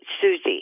Susie